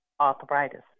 arthritis